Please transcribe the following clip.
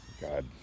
God